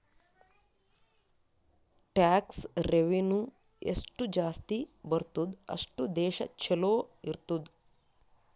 tax revenue ಎಷ್ಟು ಜಾಸ್ತಿ ಬರ್ತುದ್ ಅಷ್ಟು ದೇಶ ಛಲೋ ಇರ್ತುದ್